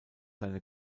seine